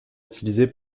utilisé